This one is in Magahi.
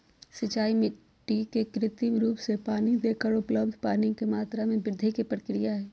सिंचाई मिट्टी के कृत्रिम रूप से पानी देकर उपलब्ध पानी के मात्रा में वृद्धि के प्रक्रिया हई